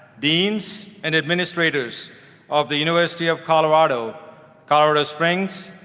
deans, and administrators of the university of colorado colorado springs.